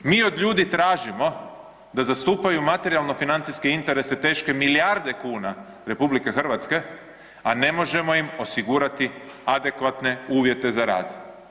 Mi od ljudi tražimo da zastupaju materijalno-financijske interese teške milijarde kuna RH, a ne možemo im osigurati adekvatne uvjete za rad.